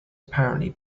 apparently